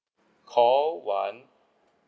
call one